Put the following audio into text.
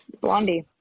Blondie